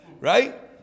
right